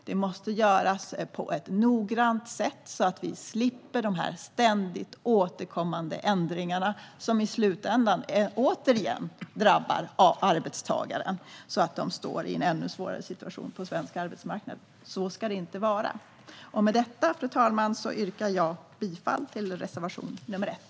Det måste göras på ett noggrant sätt, så att vi slipper de här ständigt återkommande ändringarna, som i slutändan återigen drabbar arbetstagarna, så att de står i en ännu svårare situation på svensk arbetsmarknad. Så ska det inte vara. Med detta, fru talman, yrkar jag bifall till reservation nr 1.